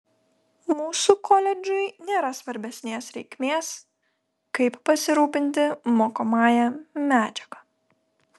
mūsų koledžui nėra svarbesnės reikmės kaip pasirūpinti mokomąja medžiaga